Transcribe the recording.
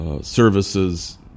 services